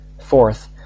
Fourth